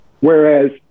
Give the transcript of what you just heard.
Whereas